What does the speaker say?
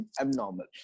abnormal